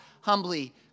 humbly